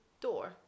door